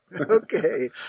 Okay